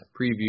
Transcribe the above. preview